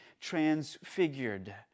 transfigured